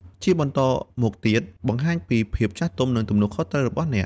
ជាបន្តមកទៀត បង្ហាញពីភាពចាស់ទុំ និងទំនួលខុសត្រូវរបស់អ្នក។